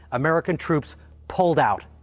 american troops pulled out.